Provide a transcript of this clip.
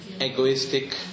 egoistic